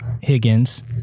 Higgins